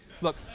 Look